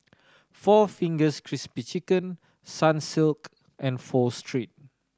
four Fingers Crispy Chicken Sunsilk and Pho Street